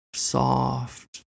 Soft